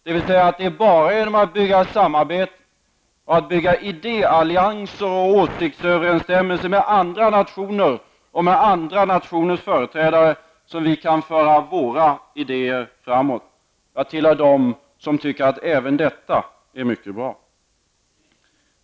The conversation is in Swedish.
Det är bara genom samarbete och genom att skapa idéallianser och åsiktsöverensstämmelser med andra nationer och med andra nationers företrädare som vi kan föra fram våra idéer. Jag är en av dem som tycker att detta är mycket bra.